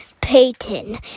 Peyton